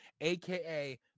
AKA